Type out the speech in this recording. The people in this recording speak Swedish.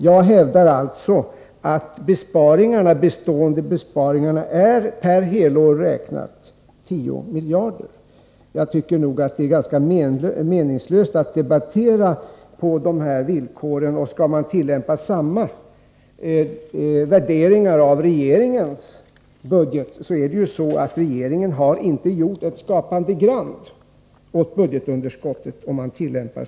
Jag hävdar alltså att bestående besparingar är per helår räknat 10 miljarder. Jag tycker att det är ganska meningslöst att debattera på de här villkoren. Gjorde man samma värdering i fråga om regeringens budget skulle man inse att regeringen inte gjort ett skapande grand åt budgetunderskottet.